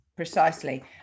Precisely